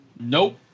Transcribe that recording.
Nope